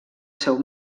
seu